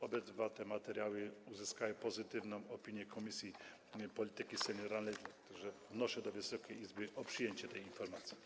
Obydwa te dokumenty uzyskały pozytywną opinię Komisji Polityki Senioralnej, tak że wnoszę do Wysokiej Izby o przyjęcie informacji.